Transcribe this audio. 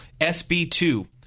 SB2